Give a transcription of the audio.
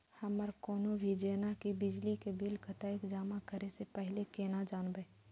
हमर कोनो भी जेना की बिजली के बिल कतैक जमा करे से पहीले केना जानबै?